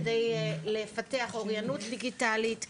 כדי לפתח אוריינות דיגיטלית.